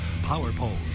PowerPole